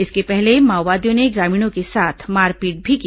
इसके पहले माओवादियों ने ग्रामीणों के साथ मारपीट भी की